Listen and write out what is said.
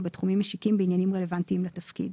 בתחומים משיקים בעניינים רלוונטיים לתפקיד.